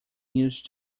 use